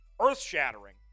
earth-shattering